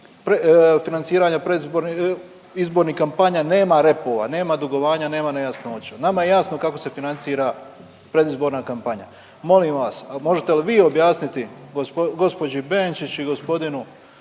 predizbornih izbornih kampanja nema repova, nema dugovanja, nema nejasnoća, nama je jasno kako se financira predizborna kampanja. Molim vas možete li vi objasniti gospođi Benčić i g.